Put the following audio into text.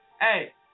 Hey